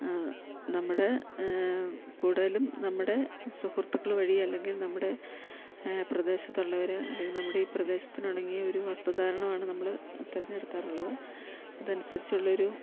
നമ്മുടെ കൂടുതലും നമ്മുടെ സുഹൃത്തുക്കള് വഴി അല്ലെങ്കിൽ നമ്മുടെ പ്രദേശത്തുള്ളവർ അല്ലെങ്കിൽ നമ്മുടെ ഈ പ്രദേശത്തിന് ഇണങ്ങിയ ഒരു വസ്ത്ര ധാരണവാണ് നമ്മള് തെരഞ്ഞെടുക്കാറുള്ളത് അതനുസരിച്ചുള്ളൊരു